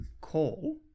call